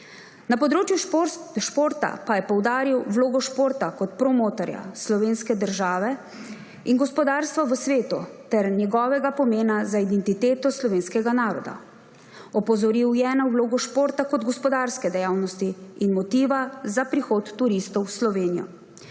Na področju športa pa je poudaril vlogo športa kot promotorja slovenske države in gospodarstva v svetu ter njegovega pomena za identiteto slovenskega naroda. Opozoril je na vlogo športa kot gospodarske dejavnosti in motiva za prihod turistov v Slovenijo.